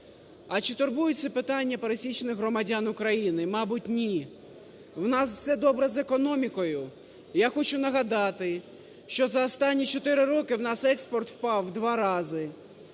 А чи турбує це питання пересічних громадян України? Мабуть, ні. В нас все добре з економікою? Я хочу нагадати, що за останні 4 роки в нас експорт впав в два рази,